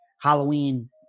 Halloween